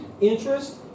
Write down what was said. interest